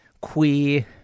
queer